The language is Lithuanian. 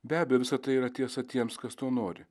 be abejo visa tai yra tiesa tiems kas to nori